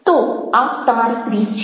તો આ તમારી ક્વિઝ છે